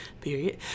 period